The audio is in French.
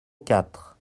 quatre